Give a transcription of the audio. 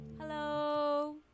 Hello